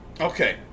okay